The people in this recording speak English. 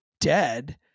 dead